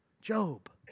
Job